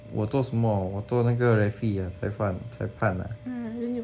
我做什么我做那个 referee 裁判裁判 ah